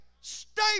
Stay